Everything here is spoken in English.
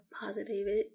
positive